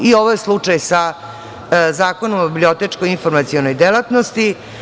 I ovo je slučaj sa Zakonom o bibliotečko-informacionoj delatnosti.